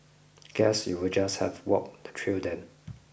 guess you'll just have walk the trail then